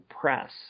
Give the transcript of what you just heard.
press